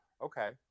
Okay